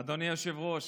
אדוני היושב-ראש,